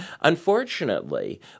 unfortunately—